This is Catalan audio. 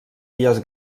illes